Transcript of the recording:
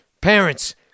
Parents